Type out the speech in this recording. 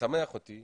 בטוח